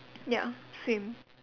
ya swim